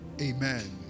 amen